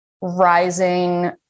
rising